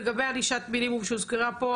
לגבי ענישת מינימום שהוזכרה פה,